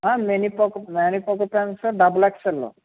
ఆ MamyPoko MamyPoko pants double XL